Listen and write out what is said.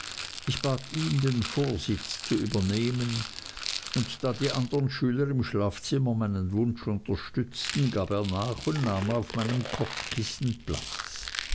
ich bat ihn den vorsitz zu übernehmen und da die andern schüler im schlafzimmer meinen wunsch unterstützten gab er nach und nahm auf meinem kopfkissen platz